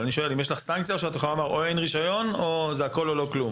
האם יש לך סנקציה או שאת אומרת אין רישיון וזה הכול או לא כלום?